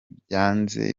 byanze